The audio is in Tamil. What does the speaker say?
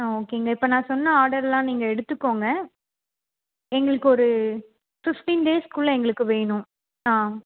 ஆ ஓகேங்க இப்போ நான் சொன்ன ஆர்டர்லாம் நீங்கள் எடுத்துக்கோங்க எங்களுக்கு ஒரு ஃபிஃப்டீன் டேஸ்க்குள்ளே எங்களுக்கு வேணும் ஆ